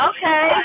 Okay